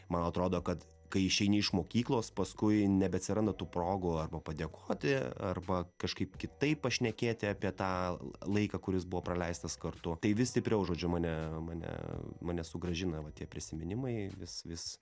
man atrodo kad kai išeini iš mokyklos paskui nebeatsiranda tų progų arba padėkoti arba kažkaip kitaip pašnekėti apie tą laiką kuris buvo praleistas kartu tai vis stipriau žodžiu mane mane mane sugrąžina va tie prisiminimai vis vis